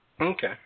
Okay